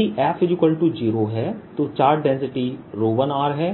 यदि f 0 है तो चार्ज डेंसिटी 1r है